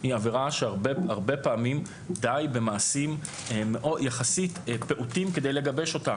היא עבירה שהרבה פעמים די במעשים יחסית פעוטים כדי לגבש אותה.